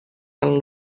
del